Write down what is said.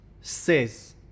says